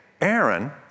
Aaron